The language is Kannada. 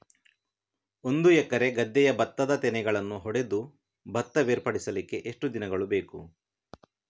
ಒಂದು ಎಕರೆ ಗದ್ದೆಯ ಭತ್ತದ ತೆನೆಗಳನ್ನು ಹೊಡೆದು ಭತ್ತ ಬೇರ್ಪಡಿಸಲಿಕ್ಕೆ ಎಷ್ಟು ದಿನಗಳು ಬೇಕು?